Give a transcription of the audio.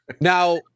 now